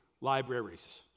libraries